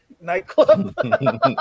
nightclub